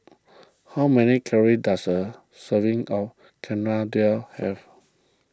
how many calories does a serving of Chana Dal have